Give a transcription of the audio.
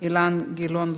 ואילן גילאון,